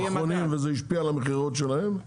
אחרונים וזה השפיע על המכירות שלהם.